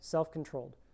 Self-controlled